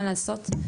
מה לעשות,